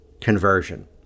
conversion